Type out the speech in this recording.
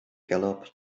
galloped